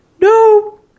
No